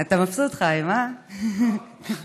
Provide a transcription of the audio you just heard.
אתה מבסוט, חיים, אה?